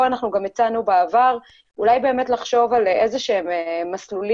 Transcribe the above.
פה אנחנו גם הצענו בעבר אולי לחשוב על איזה שהם מסלולים